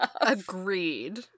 Agreed